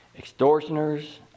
extortioners